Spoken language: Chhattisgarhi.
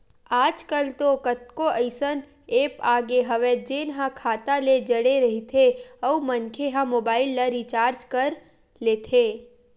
आजकल तो कतको अइसन ऐप आगे हवय जेन ह खाता ले जड़े रहिथे अउ मनखे ह मोबाईल ल रिचार्ज कर लेथे